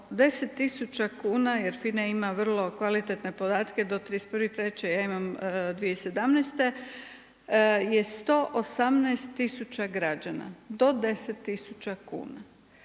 tisuća kuna, jer FINA ima vrlo kvalitetne podatke, do 30.03., ja imam 2017., je 118 tisuća građana, do 10 tisuća